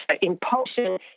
impulsion